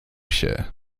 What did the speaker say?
się